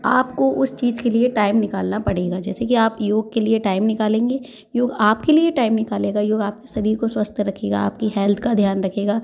आपको उस चीज के लिए टाइम निकालना पड़ेगा जैसे कि आप योग के लिए टाइम निकालेंगे योग आपके लिए टाइम निकालेगा योग आपके शरीर को स्वस्थ रखेगा आपकी हेल्थ का ध्यान रखेगा